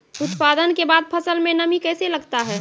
उत्पादन के बाद फसल मे नमी कैसे लगता हैं?